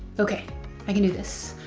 okay i can do this.